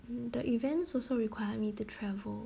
the events also required me to travel